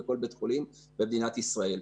בכל בית חולים במדינת ישראל.